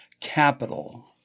capital